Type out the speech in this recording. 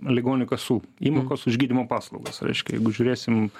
ligonių kasų įmokos už gydymo paslaugas reiškia jeigu žiūrėsim